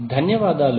ధన్యవాదాలు